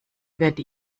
werde